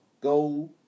Go